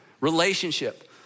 Relationship